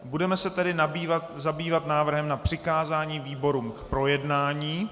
Budeme se tedy zabývat návrhem na přikázání výborům k projednání.